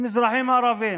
הם אזרחים ערבים.